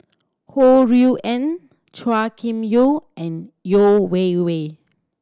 Ho Rui An Chua Kim Yeow and Yeo Wei Wei